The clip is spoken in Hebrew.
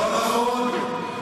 לא נכון.